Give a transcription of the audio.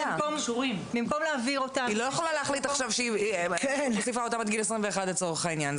לא יכולה להחליט שהיא משאירה אותם עד גיל 21 לצורך העניין.